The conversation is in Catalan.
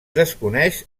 desconeix